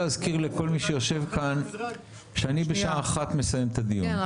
שבשעה 13:00 אני מסיים את הדיון.